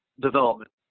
development